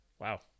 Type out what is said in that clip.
Wow